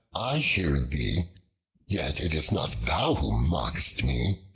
i hear thee yet it is not thou who mockest me,